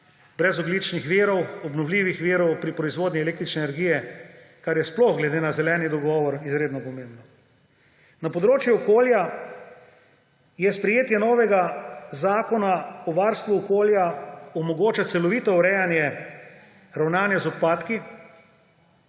brezogljičnih virov, obnovljivih virov pri proizvodnji električne energije, kar je sploh glede na zeleni dogovor izredno pomembno. Na področju okolja sprejetje novega zakona o varstvu okolja omogoča celovito urejanje, ravnanje z odpadki,